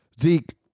zeke